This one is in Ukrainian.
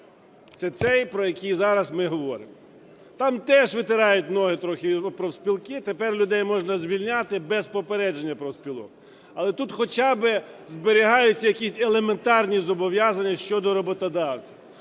Це цей, про який зараз ми говоримо. Там теж витирають ноги трохи об профспілки, тепер людей можна звільняти без попередження профспілок. Але тут хоча би зберігаються якісь елементарні зобов'язання щодо роботодавців.